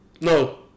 no